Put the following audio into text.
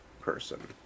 person